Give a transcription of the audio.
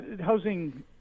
housing